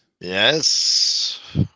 Yes